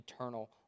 eternal